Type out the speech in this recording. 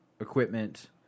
equipment